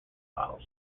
bottles